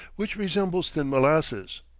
which resembles thin molasses.